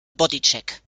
bodycheck